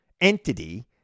entity